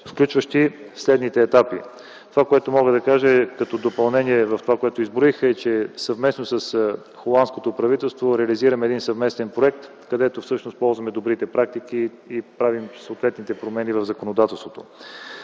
включващи следните етапи - това, което мога да кажа като допълнение към това, което изброих, е, че съвместно с холандското правителство реализираме съвместен проект, където ползваме добрите практики и правим съответните промени в законодателството